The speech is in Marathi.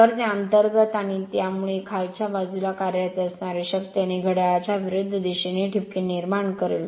तर त्या अंतर्गत आणि यामुळे खालच्या बाजूला कार्यरत असणारी शक्ती आणि घड्याळाच्या विरूद्ध दिशेने ठिपके निर्माण करेल